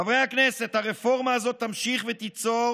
חברי הכנסת, הרפורמה הזאת תמשיך ותיצור